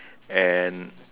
and